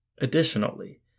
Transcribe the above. Additionally